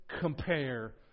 compare